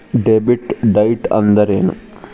Debit date ಅಂತಂದ್ರೇನು?